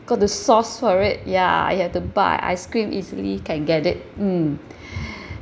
got to source for it ya you have to buy ice-cream easily can get it mm